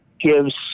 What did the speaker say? gives